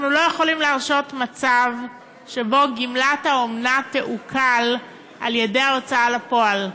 אנחנו לא יכולים להרשות מצב שגמלת אומנה תעוקל על-ידי ההוצאה לפועל.